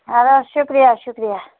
اَدٕ حظ شُکرِیا شُکرِیا